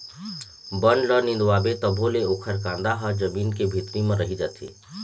बन ल निंदवाबे तभो ले ओखर कांदा ह जमीन के भीतरी म रहि जाथे